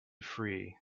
free